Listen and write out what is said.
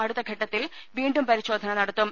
അടുത്തഘട്ടത്തിൽ വീണ്ടും പരിശോധന നടത്തും